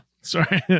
Sorry